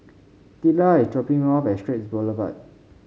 Teela is dropping me off at Straits Boulevard